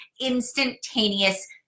instantaneous